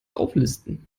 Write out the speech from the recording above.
auflisten